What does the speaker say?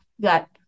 got